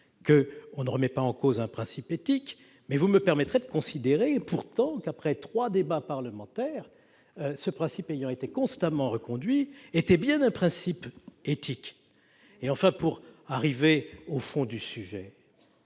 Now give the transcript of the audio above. l'on ne remet pas en cause un principe éthique, mais vous me permettrez de considérer que, après trois débats parlementaires, ce principe constamment reconduit était bien un principe éthique. Enfin, pour aborder le fond du sujet,